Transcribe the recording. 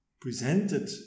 presented